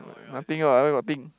nothing [what] where got thing